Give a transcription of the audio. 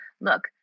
Look